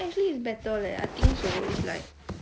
actually it's better leh I think so like